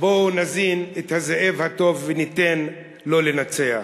בואו נזין את הזאב הטוב וניתן לו לנצח